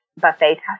buffet